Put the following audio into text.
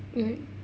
mmhmm